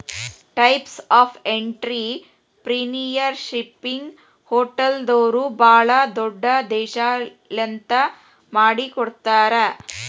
types of ಎನ್ಟ್ರಿಪ್ರಿನಿಯರ್ಶಿಪ್ನ್ಯಾಗ ಹೊಟಲ್ದೊರು ಭಾಳ್ ದೊಡುದ್ಯಂಶೇಲತಾ ಮಾಡಿಕೊಡ್ತಾರ